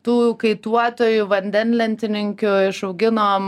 tų kaituotojų vandenlentininkių išauginom